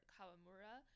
Kawamura